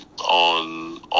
on